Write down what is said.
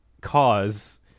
cause